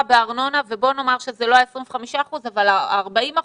בארנונה ובוא נאמר שזה לא 25 אחוזים אבל 40 אחוזים.